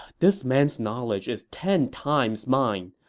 this man's knowledge is ten times mine.